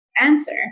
answer